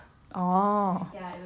oh